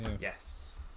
Yes